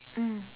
mm